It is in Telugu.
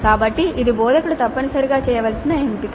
కాబట్టి ఇది బోధకుడు తప్పనిసరిగా చేయవలసిన ఎంపిక